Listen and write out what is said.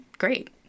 great